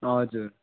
हजुर